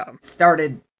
started